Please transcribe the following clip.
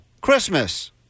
Christmas